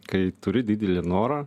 kai turi didelį norą